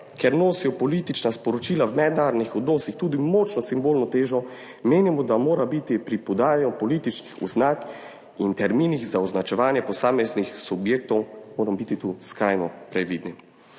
ker nosijo politična sporočila v mednarodnih odnosih tudi močno simbolno težo, menimo, da moramo biti pri podajanju političnih oznak in terminih za označevanje posameznih subjektov skrajno previdni.